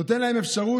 נותן להם אפשרות